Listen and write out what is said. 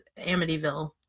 Amityville